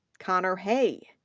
connor hay,